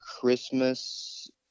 Christmas